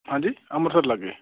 ਹਾਂਜੀ ਅੰਮ੍ਰਿਤਸਰ ਲਾਗੇ